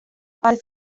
parte